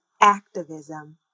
activism